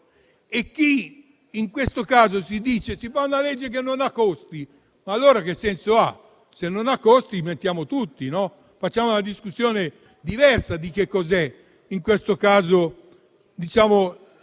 In questo caso si dice che si fa una legge che non ha costi, ma allora che senso ha? Se non ha costi mettiamo tutti, facciamo una discussione diversa su cos'è l'intervento di